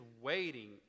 waiting